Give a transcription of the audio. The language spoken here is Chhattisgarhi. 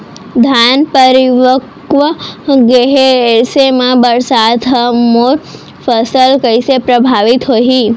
धान परिपक्व गेहे ऐसे म बरसात ह मोर फसल कइसे प्रभावित होही?